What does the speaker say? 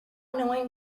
knowing